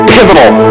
Pivotal